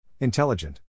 Intelligent